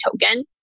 token